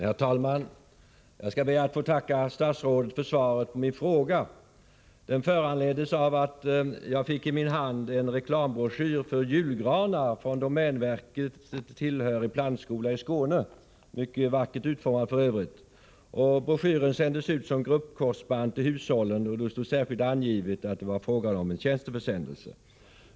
Herr talman! Jag skall be att få tacka statsrådet för svaret på min fråga. Frågan föranleddes av att jag i min hand fick en reklambroschyr — mycket vackert utformad f.ö. — angående julgranar från en domänverket tillhörig plantskola i Skåne. Broschyren sändes ut som gruppkorsband till hushållen. Det stod särskilt angivet att det var fråga om en tjänsteförsändelse.